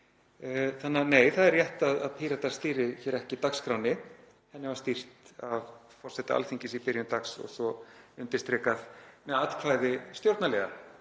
sýndist mér líka. Það er rétt að Píratar stýra ekki dagskránni, henni var stýrt af forseta Alþingis í byrjun dags og svo undirstrikað með atkvæðum stjórnarliða.